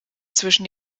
zwischen